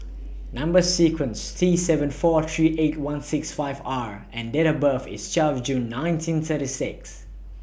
Number sequence IS T seven four three eight one six five R and Date of birth IS twelve June nineteen thirty six